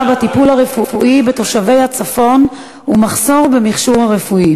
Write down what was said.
בטיפול הרפואי בתושבי הצפון ומחסור במכשור רפואי,